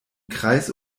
kreis